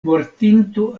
mortinto